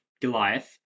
Goliath